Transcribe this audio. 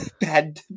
bad